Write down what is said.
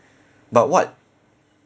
but what